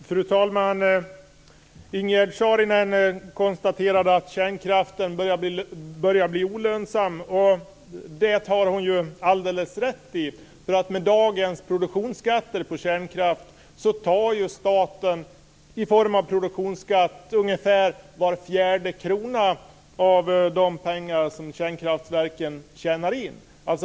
Fru talman! Ingegerd Saarinen konstaterar att kärnkraften börjar bli olönsam. Det har hon ju alldeles rätt i. Med dagens produktionsskatter på kärnkraft tar staten ungefär var fjärde krona av de pengar som kärnkraftverken tjänar in.